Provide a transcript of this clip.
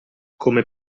come